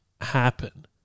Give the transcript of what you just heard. happen